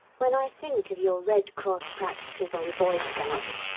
when i think of your red cross practices on boy scouts,